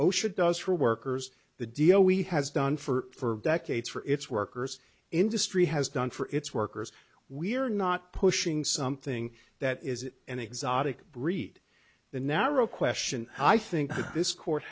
osha does for workers the deal we has done for decades for its workers industry has done for its workers we're not pushing something that is an exotic breed the narrow question i think this cour